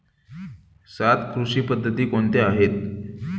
सात कृषी पद्धती कोणत्या आहेत?